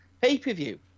pay-per-view